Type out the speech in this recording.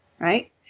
right